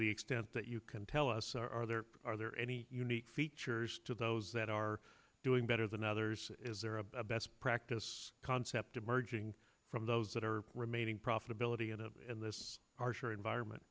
the extent that you can tell us are there are there any unique features to those that are doing better than others is there a best practice concept emerging from those that are remaining profitability of in this environment